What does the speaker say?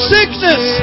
Sickness